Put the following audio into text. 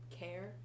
care